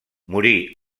morí